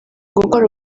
gukora